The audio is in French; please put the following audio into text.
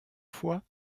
fois